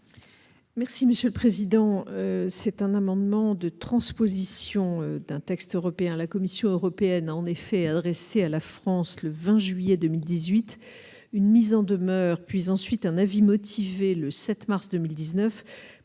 monsieur le président, c'est un amendement de transposition d'un texte européen, la Commission européenne a en effet adressé à la France le 20 juillet 2018, une mise en demeure, puis ensuite un avis motivé, le 7 mars 2019